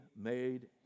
made